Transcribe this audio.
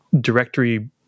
directory